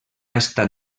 estat